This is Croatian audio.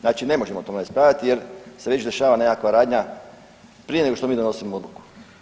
Znači ne možemo o tome raspravljati jer se već dešava nekakva radnja prije nego što mi donosimo odluku.